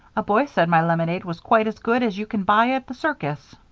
a boy said my lemonade was quite as good as you can buy at the circus.